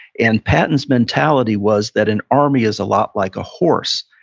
and patton's mentality was that an army is a lot like a horse.